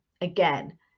again